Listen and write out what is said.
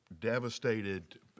devastated